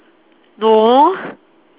no